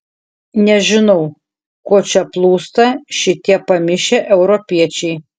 nežinau ko čia plūsta šitie pamišę europiečiai